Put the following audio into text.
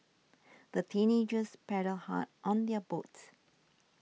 the teenagers paddled hard on their boats